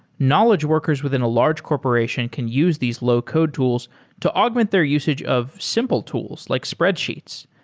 knowledge workers within a large corporation can use these low-code tools to augment their usage of simple tools, like spreadsheets.